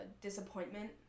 disappointment